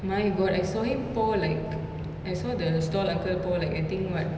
my god I saw him pour like I saw the stall uncle pour like I think what